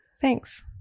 Thanks